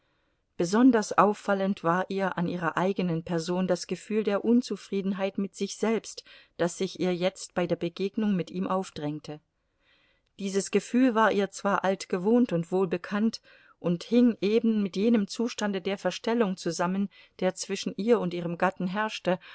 besonders auffallend war ihr an ihrer eigenen person das gefühl der unzufriedenheit mit sich selbst das sich ihr jetzt bei der begegnung mit ihm aufdrängte dieses gefühl war ihr zwar altgewohnt und wohlbekannt und hing eben mit jenem zustande der verstellung zusammen der zwischen ihr und ihrem gatten herrschte